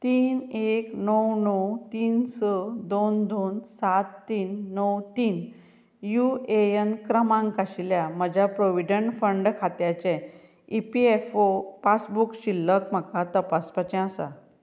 तीन एक णव णव तीन स दोन दोन सात तीन णव तीन युएयन क्रमांक आशिल्ल्या म्हज्या प्रोविडंट फंड खात्याचें ईपीएफओ पासबूक शिल्लक म्हाका तपासपाचें आसा